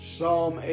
Psalm